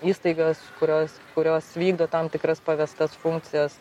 įstaigas kurios kurios vykdo tam tikras pavestas funkcijas